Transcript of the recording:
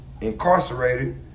incarcerated